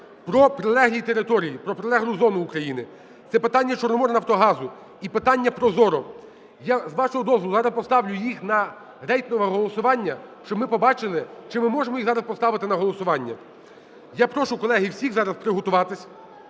про прилеглі території, про прилеглу зону України. Це питання "Чорноморнафтогазу" і питання ProZorro. Я з вашого дозволу зараз поставлю їх на рейтингове голосування, щоб ми побачили чи ми можемо їх зараз поставити на голосування. Я прошу, колеги, всіх зараз приготуватися